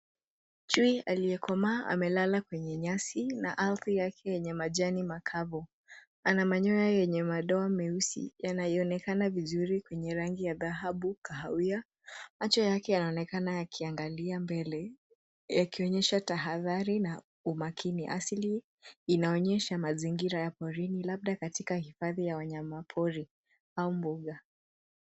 Chui aliyekomaa amelalia kwenye nyasi na ardhi yake yenye majani makavu. Ana manyoya yenye madoa meusi yanaonekana vizuri kwenye rangi ya dhahabu kahawia. Macho yake yanaonekana yakiangalia mbele yakionyesha tahathari na umakini. Asili inaonyesha mazingira ya porini labda katika hifadhi ya wanyama pori au mbuga.